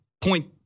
point –